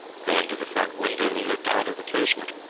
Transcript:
going to the front window he looked out of the casement.